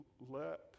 let